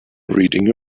reading